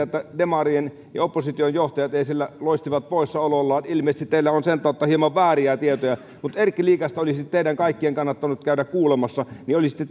että demarien ja muun opposition johtajat siellä loistivat poissaolollaan ilmeisesti teillä on sen tautta hieman vääriä tietoja mutta erkki liikasta olisi teidän kaikkien kannattanut käydä kuulemassa niin olisitte